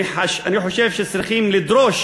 אני חושב שצריכים לדרוש